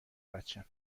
بچم